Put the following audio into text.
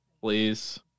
Please